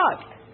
God